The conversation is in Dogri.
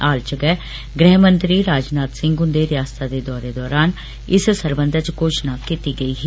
हाल च गै गृहमंत्री राजनाथ सिंह हुन्दे रियास्ता दे दौरें दौरान इस सरबंधा च घोषणा कीती गेई ही